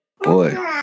Boy